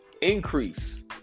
increase